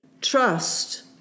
trust